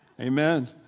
Amen